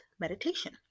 meditation